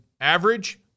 average